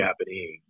Japanese